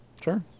Sure